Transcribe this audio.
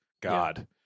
God